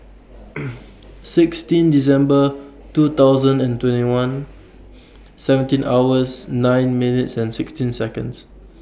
sixteen December two thousand and twenty one seventeen hours nine minutes and sixteen Seconds